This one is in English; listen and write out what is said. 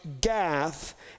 Gath